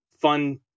fun